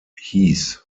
hieß